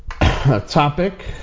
topic